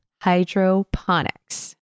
hydroponics